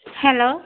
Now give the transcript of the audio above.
hello